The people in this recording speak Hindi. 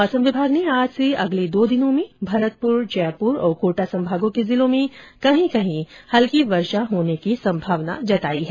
मौसम विभाग ने आज से अगर्ल दो दिनों में भरतपुर जयपुर और कोटा संभागों के जिलों में कहीं कहीं हल्की वर्षा होने की संभावना जताई है